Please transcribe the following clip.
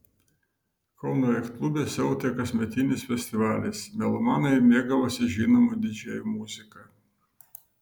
kauno jachtklube siautė kasmetinis festivalis melomanai mėgavosi žinomų didžėjų muzika